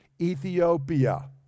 Ethiopia